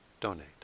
donate